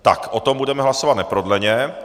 O tom budeme hlasovat neprodleně.